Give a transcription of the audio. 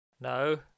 no